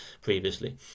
previously